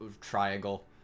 Triangle